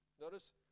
Notice